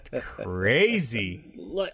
crazy